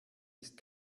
ist